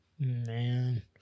Man